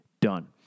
done